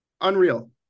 Unreal